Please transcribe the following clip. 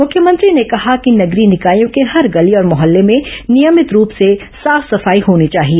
मुख्यमंत्री ने कहा कि नगरीय निकायों के हर गली और मोहल्ले में नियमित रूप से साफ सफाई होनी चाहिए